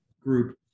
group